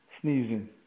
Sneezing